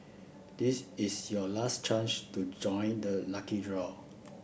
this is your last chance to join the lucky draw